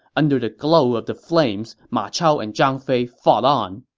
under the glow of the flames, ma chao and zhang fei fought on.